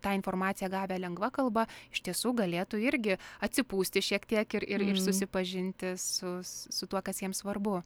tą informaciją gavę lengva kalba iš tiesų galėtų irgi atsipūsti šiek tiek ir ir ir susipažinti su su tuo kas jiem svarbu